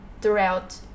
throughout